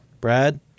brad